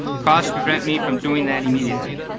costs prevent me from doing that immediately.